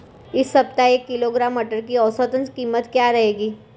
इस सप्ताह एक किलोग्राम मटर की औसतन कीमत क्या रहेगी?